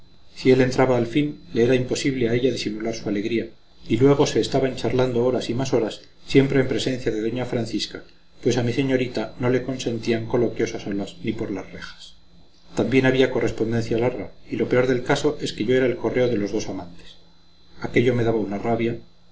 si él entraba al fin le era imposible a ella disimular su alegría y luego se estaban charlando horas y más horas siempre en presencia de doña francisca pues a mi señorita no se le consentían coloquios a solas ni por las rejas también había correspondencia larga y lo peor del caso es que yo era el correo de los dos amantes aquello me daba una rabia